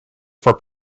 for